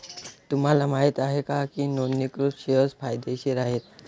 तुम्हाला माहित आहे का की नोंदणीकृत शेअर्स फायदेशीर आहेत?